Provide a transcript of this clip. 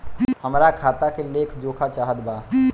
हमरा खाता के लेख जोखा चाहत बा?